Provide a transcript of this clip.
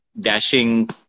dashing